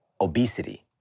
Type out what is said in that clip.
obesity